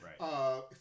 Right